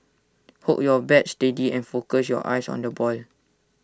hold your bat steady and focus your eyes on the ball